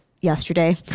yesterday